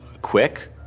quick